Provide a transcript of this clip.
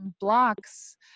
blocks